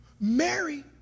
Mary